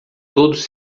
todos